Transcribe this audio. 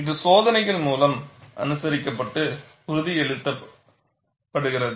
இது சோதனைகள் மூலம் அனுசரிக்கப்பட்டு உறுதிப்படுத்தப்படுகிறது